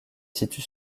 situe